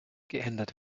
geändert